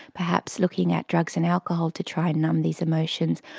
perhaps looking at drugs and alcohol to try and numb these emotions,